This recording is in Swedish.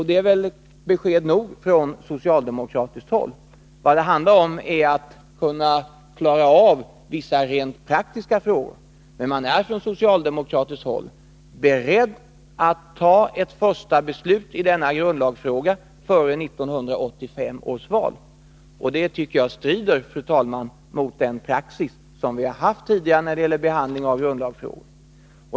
Det är väl besked nog från socialdemokratiskt håll. Vad det handlar om är att klara av vissa rent praktiska frågor, och man är på socialdemokratiskt håll beredd att ta ett första beslut i denna grundlagsfråga före 1985 års val. Det tycker jag, fru talman, strider mot den praxis som vi haft tidigare när det gällt behandlingen av grundlagsfrågor.